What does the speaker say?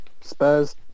Spurs